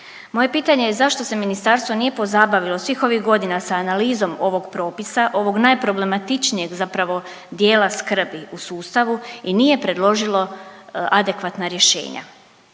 Moje pitanje je zašto se ministarstvo nije pozabavilo svih ovih godina sa analizom ovog propisa, ovog najproblematičnijeg zapravo dijela skrbi u sustavu i nije predložilo adekvatna rješenja.